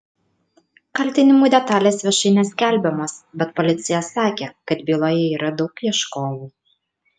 kaltinimų detalės viešai neskelbiamos bet policija sakė kad byloje yra daug ieškovų